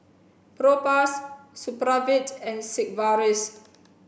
Propass Supravit and Sigvaris